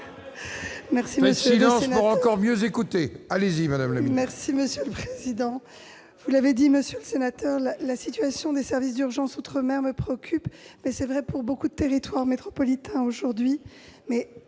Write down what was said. Merci, monsieur le président.